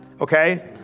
Okay